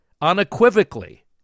unequivocally